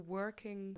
working